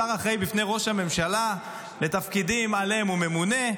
שר אחראי בפני ראש הממשלה לתפקידים שעליהם ממונה השר'.